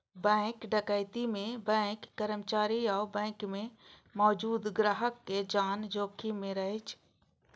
bank डकैती मे bank कर्मचारी आ बैंक मे मौजूद ग्राहकक जान जोखिम मे रहै छै